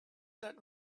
that